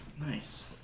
Nice